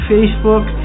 Facebook